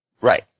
right